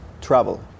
travel